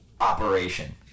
operation